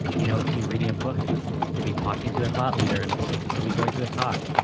you know it could be reading a book in the space, it could be talking to a thought leader in the space, it could be going to a talk.